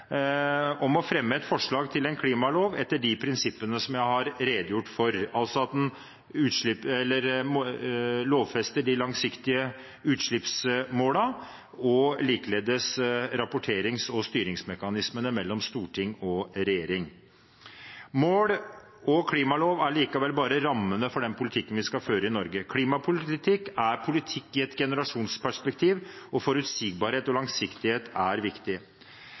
om å fremme et forslag til en klimalov etter de prinsippene jeg har redegjort for – at man lovfester de langsiktige utslippsmålene og likeledes rapporterings- og styringsmekanismene mellom storting og regjering. Mål og klimalov er likevel bare rammene for den politikken vi skal føre i Norge. Klimapolitikk er politikk i et generasjonsperspektiv, og forutsigbarhet og langsiktighet er viktig.